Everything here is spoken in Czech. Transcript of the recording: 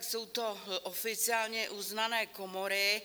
Jsou to oficiálně uznané komory.